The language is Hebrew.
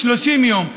30 יום.